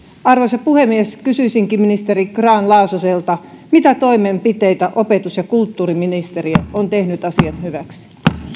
arvoisa puhemies kysyisinkin ministeri grahn laasoselta mitä toimenpiteitä opetus ja kulttuuriministeriö on tehnyt asian hyväksi